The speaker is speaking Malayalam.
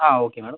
ആ ഓക്കെ മാഡം